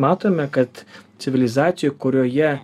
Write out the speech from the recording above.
matome kad civilizacija kurioje